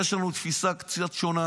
יש לנו תפיסה קצת שונה,